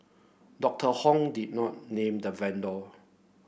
Doctor Hon did not name the vendor